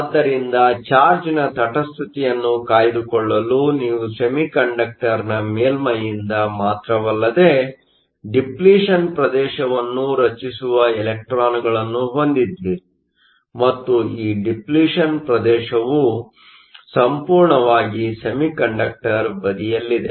ಆದ್ದರಿಂದ ಚಾರ್ಜ್ನ ತಟಸ್ಥತೆಯನ್ನು ಕಾಯ್ದುಕೊಳ್ಳಲು ನೀವು ಸೆಮಿಕಂಡಕ್ಟರ್ನ ಮೇಲ್ಮೈಯಿಂದ ಮಾತ್ರವಲ್ಲದೆ ಡಿಪ್ಲಿಷನ್ ಪ್ರದೇಶವನ್ನು ರಚಿಸುವ ಇಲೆಕ್ಟ್ರಾನ್Electronಗಳನ್ನು ಹೊಂದಿದ್ದೀರಿ ಮತ್ತು ಈ ಡಿಪ್ಲಿಷನ್ ಪ್ರದೇಶವು ಸಂಪೂರ್ಣವಾಗಿ ಸೆಮಿಕಂಡಕ್ಟರ್ ಬದಿಯಲ್ಲಿದೆ